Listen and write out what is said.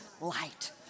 light